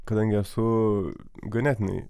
kadangi esu ganėtinai